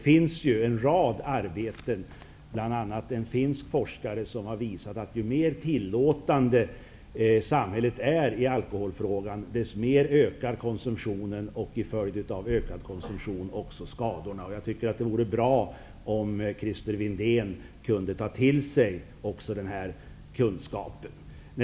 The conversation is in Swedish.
Bl.a. har en finsk forskare visat att ju mer tillåtande samhället är i alkoholfrågan, desto mer ökar konsumtionen och som en följd därav ökar skadorna. Jag tycker att det vore bra om Christer Windén kunde ta till sig denna kunskap.